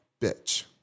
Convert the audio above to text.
bitch